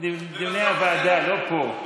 בדיוני הוועדה, לא פה.